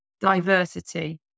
diversity